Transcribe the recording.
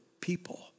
people